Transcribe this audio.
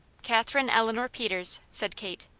katherine eleanor peters, said kate.